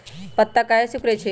पत्ता काहे सिकुड़े छई?